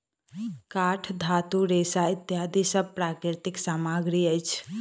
काठ, धातु, रेशा इत्यादि सब प्राकृतिक सामग्री अछि